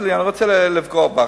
רשמתי לי, אני לא רוצה לפגוע בך.